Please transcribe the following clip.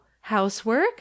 housework